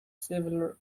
several